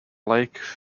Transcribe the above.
lake